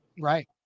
Right